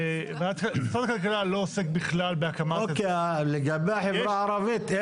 משרד הכלכלה לא עוסק בכלל בהקמה --- לגבי החברה הערבית,